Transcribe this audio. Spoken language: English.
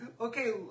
Okay